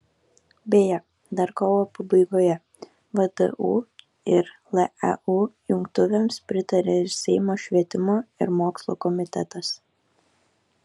beje dar kovo pabaigoje vdu ir leu jungtuvėms pritarė ir seimo švietimo ir mokslo komitetas